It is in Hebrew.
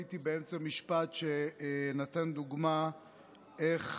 הייתי באמצע המשפט שנתן דוגמה איך